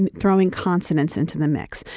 and throwing consonants into the mix.